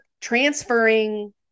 transferring